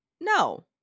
No